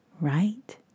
right